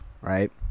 right